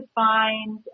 find